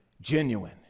genuine